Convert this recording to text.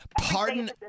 Pardon